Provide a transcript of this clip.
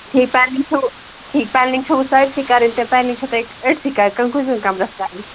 ٹھیٖک پیٚنلِنٛگ چھَوٕ ٹھیٖک پیٚنلِنٛگ چھَوٕ سٲرسٕے کَرٕنۍ کِنہٕ پینلِنٛگ چھَوٕ تۄہہِ أڈۍسٕے کَرٕنۍ کِنہٕ کُنہِ کُنہِ کَمرَس کَرٕنۍ